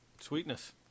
Sweetness